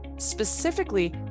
Specifically